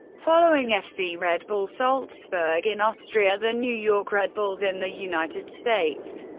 following fc red bull salzburg in austria, the new york red bulls in the united states,